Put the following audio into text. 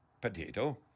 potato